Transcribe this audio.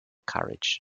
courage